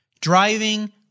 driving